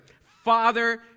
Father